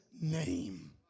name